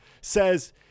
says